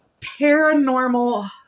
paranormal